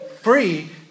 free